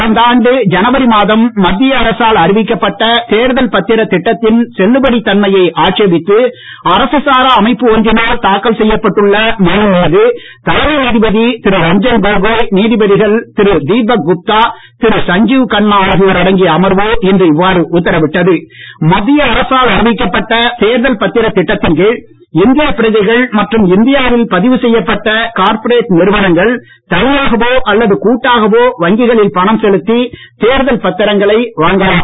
கடந்த ஆண்டு ஜனவரி மாதம் மத்திய அரசால் அறிவிக்கப்பட்ட தேர்தல் பத்திரத் திட்டத்தின் செல்லுபடித் தன்மையை ஆட்சேபித்து அரசுசாரா அமைப்பு ஒன்றினால் தாக்கல் செய்யப்பட்டு உள்ள மனு மீது தலைமை நீதிபதி திரு ரஞ்சன் கோகோய் நீதிபதிகள் திரு தீபக் குப்தா திரு சஞ்சீவ் கன்னா ஆகியோர் அடங்கிய அமர்வு இன்று இவ்வாறு மத்திய அரசால் அறிவிக்கப்பட்ட தேர்தல் பத்திரத் உத்தரவிட்டது திட்டத்தின் கீழ் இந்திய பிரஜைகள் மற்றும் இந்தியாவில் பதிவு செய்யப்பட்ட கார்ப்பரேட் நிறுவனங்கள் தனியாகவோ அல்லது கூட்டாகவோ வங்கிகளில் பணம் செலுத்தி தேர்தல் பத்திரங்களை வாங்கலாம்